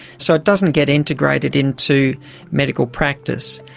so it doesn't get integrated into medical practice.